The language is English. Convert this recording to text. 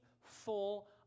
full